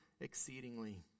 exceedingly